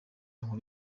nkuru